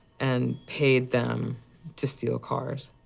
and paid them to steal cars.